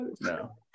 No